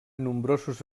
nombrosos